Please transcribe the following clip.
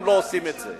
הם לא עושים את זה.